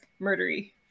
murdery